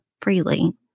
freely